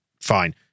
fine